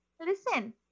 listen